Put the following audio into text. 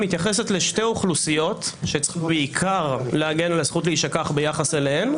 מתייחסת לשתי אוכלוסיות שצריך בעיקר להגן על הזכות להישכח ביחס אליהן,